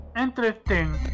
Interesting